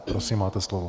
Prosím, máte slovo.